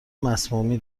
مسمومی